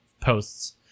posts